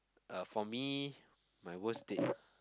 uh for me my worst date